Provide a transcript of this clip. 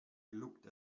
looked